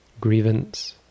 grievance